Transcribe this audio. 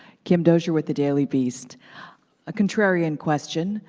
kim dozier with the daily beast a contrarian question,